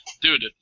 dude